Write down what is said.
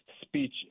speech